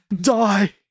Die